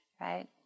Right